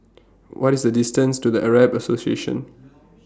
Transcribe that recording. What IS The distance to The Arab Association